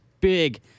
big